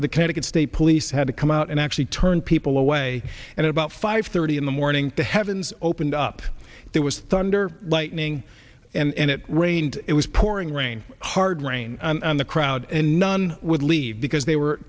where the connecticut state police had to come out and actually turn people away and about five thirty in the morning the heavens opened up there was thunder lightning and it rained it was pouring rain hard rain on the crowd and none would leave because they were